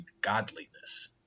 godliness